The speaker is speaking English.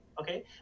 okay